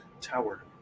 Tower